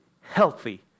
healthy